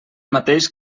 mateix